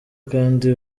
kandi